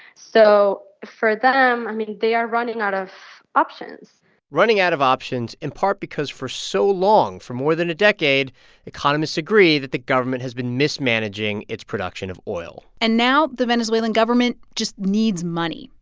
so for them i mean, they are running out of options running out of options, in part because for so long for more than a decade economists agree that the government has been mismanaging its production of oil and now the venezuelan government just needs money.